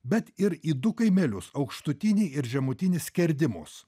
bet ir į du kaimelius aukštutinį ir žemutinį skerdimus